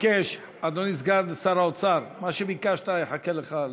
אדוני סגן שר האוצר, מה שביקשת יחכה לך למטה.